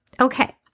Okay